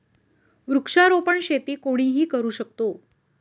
वृक्षारोपण शेती कोणीही करू शकतो